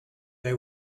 they